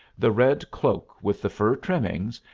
the red cloak with the fur trimmings,